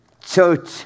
Church